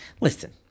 Listen